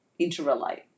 interrelate